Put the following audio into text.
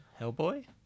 Hellboy